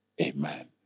Amen